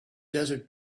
desert